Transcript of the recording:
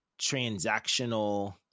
transactional